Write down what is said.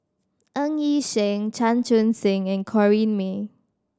Ng Yi Sheng Chan Chun Sing and Corrinne May